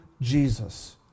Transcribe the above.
Jesus